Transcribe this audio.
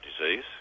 disease